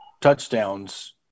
touchdowns